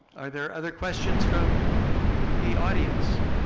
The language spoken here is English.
are there other questions from the audience?